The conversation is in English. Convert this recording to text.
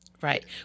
right